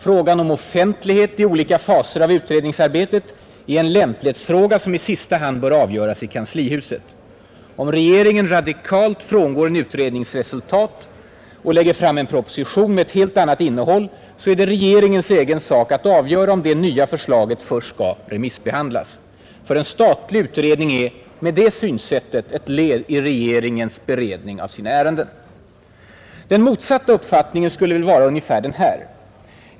Frågan om offentlighet i olika faser av utredningsarbetet är en lämplighetsfråga som i sista hand bör avgöras i Kanslihuset. Om regeringen radikalt frångår en utrednings resultat och lägger fram en proposition med ett helt annat innehåll är det regeringens egen sak att avgöra om det nya förslaget först skall remissbehandlas. För en statlig utredning är, med det synsättet, ett led i regeringens beredning av sina ärenden. Den motsatta uppfattningen skulle väl vara ungefär den här.